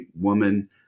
woman